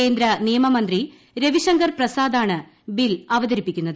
കേന്ദ്ര നിയമമന്ത്രി രവിശങ്കർ പ്രസാദാണ് ബിൽ അവതരിപ്പിക്കുന്നത്